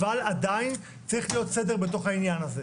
אבל עדיין צריך להיות סדר בתוך העניין הזה.